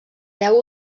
deu